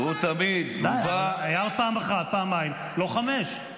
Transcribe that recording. הוא עבר קורס עיתונאות על חשבון צה"ל.